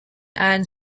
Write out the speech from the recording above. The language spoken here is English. anne